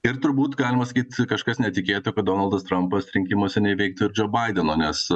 ir turbūt galima sakyt kažkas netikėta kad donaldas trampas rinkimuose neįveiktų ir džo baideno nes